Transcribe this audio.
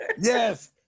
yes